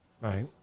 Right